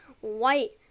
white